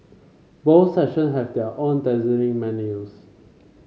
both section have their own dazzling menus